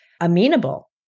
amenable